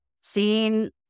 seeing